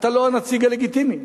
אתה לא הנציג הלגיטימי.